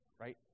right